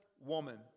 woman